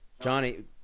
Johnny